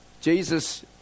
Jesus